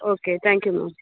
okay thank you ma'am